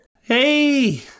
Hey